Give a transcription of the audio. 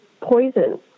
poison